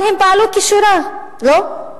אבל הם פעלו כשורה, לא?